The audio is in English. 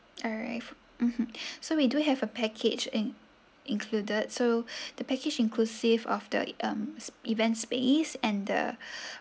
alright mmhmm so we do have a package in included so the package inclusive of the um s~ event space and the